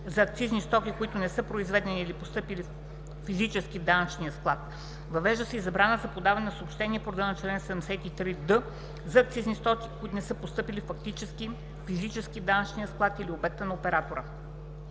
за акцизни стоки, които не са произведени или постъпвали физически в данъчния склад. Въвежда се и забрана за подаване на съобщение по реда на чл. 73д за акцизни стоки, които не са постъпвали физически в данъчния склад или обекта на оператора.